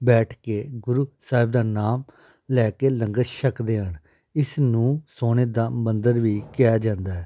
ਬੈਠ ਕੇ ਗੁਰੂ ਸਾਹਿਬ ਦਾ ਨਾਮ ਲੈ ਕੇ ਲੰਗਰ ਛਕਦੇ ਹਨ ਇਸ ਨੂੰ ਸੋਨੇ ਦਾ ਮੰਦਰ ਵੀ ਕਿਹਾ ਜਾਂਦਾ